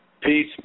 Peace